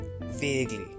Vaguely